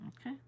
Okay